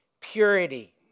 purity